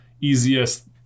easiest